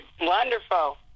wonderful